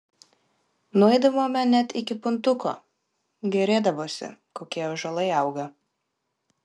nueidavome net iki puntuko gėrėdavosi kokie ąžuolai auga